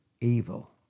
evil